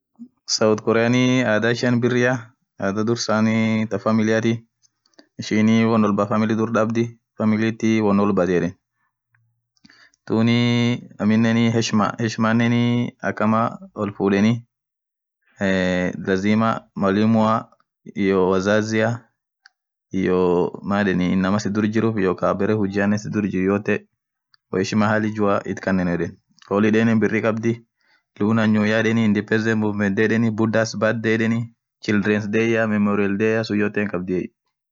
south Korea adhaa ishian birria adhaa dhursani thaa familiathi ishinii won wolbaa familii dhurr dhabdhii familiathi won wolbathi thuniin aminen heshima hesshimanen akama all fudheni eee lazima mwalimua wazazia iyoo maaan yedheni inamaa sidhur jiru iyoo Kaa berre hujiane sidhur ijethuu woo heshima halli juu it kanetha holidayinen birri khabdhi thunenn new year yedheni independence movement yedheni budhas birthday yedheni childrens day memories day